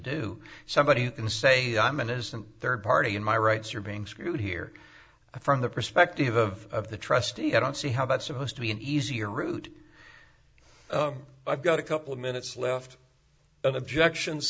do somebody who can say i'm innocent third party in my rights are being screwed here from the perspective of the trustee i don't see how that's supposed to be an easier route i've got a couple minutes left an objection